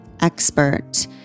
expert